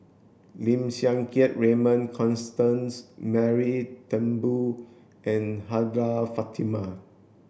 Lim Siang Keat Raymond Constance Mary Turnbull and Hajjah Fatimah